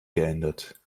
geändert